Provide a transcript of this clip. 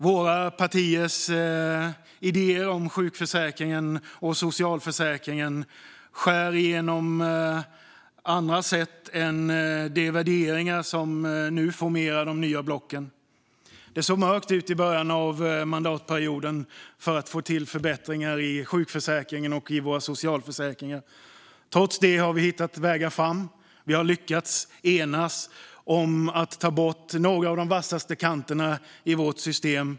Våra olika partiers idéer om sjukförsäkringen och socialförsäkringen skär igenom på andra sätt än de värderingar som nu formerar de nya blocken. Det såg mörkt ut i början av mandatperioden för att få till förbättringar i sjukförsäkringen och våra socialförsäkringar. Trots det har vi hittat vägar fram. Vi har lyckats enas om att ta bort några av de vassaste kanterna i vårt system.